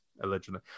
Allegedly